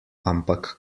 ampak